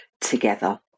together